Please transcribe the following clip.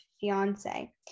fiance